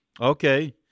Okay